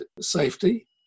safety